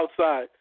outside